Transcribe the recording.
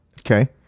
Okay